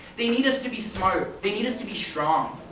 they need us to be smart, they need us to be strong,